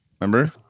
Remember